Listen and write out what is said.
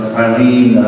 Eileen